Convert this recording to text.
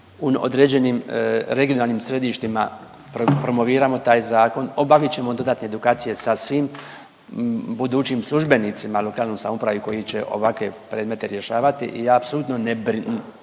u određenim regionalnim središtima promoviramo taj zakon, obavit ćemo dodatne edukacije sa svim budućim službenicima u lokalnoj samoupravi koji će ovakve predmete rješavati i apsolutno nisam